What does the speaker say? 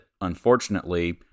unfortunately